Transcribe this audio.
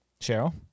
Cheryl